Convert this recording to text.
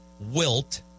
Wilt